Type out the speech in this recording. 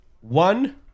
one